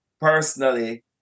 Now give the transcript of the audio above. personally